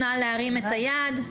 נא להרים את היד.